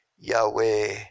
Yahweh